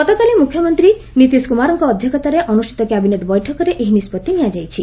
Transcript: ଗତକାଲି ମୁଖ୍ୟମନ୍ତ୍ରୀ ନୀତିଶ କୁମାରଙ୍କ ଅଧ୍ୟକ୍ଷତାରେ ଅନୁଷ୍ଠିତ କ୍ୟାବିନେଟ୍ ବୈଠକରେ ଏହି ନିଷ୍କଭି ନିଆଯାଇଛି